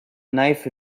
knife